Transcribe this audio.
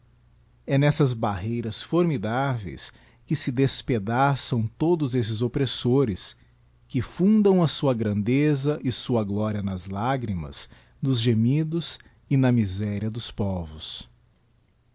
e nessas barreiras formidáveis que digiti zedby google fie despedaçam todos esses oppressores que fundam a sua grandeza e sua gloria nas lagrimas nos gemidos e na miséria dos povos